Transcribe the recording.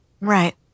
Right